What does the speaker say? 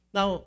Now